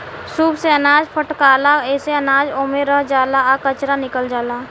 सूप से अनाज फटकाला एसे अनाज ओमे रह जाला आ कचरा निकल जाला